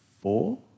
four